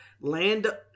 Land